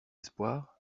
espoirs